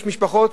יש משפחות,